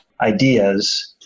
ideas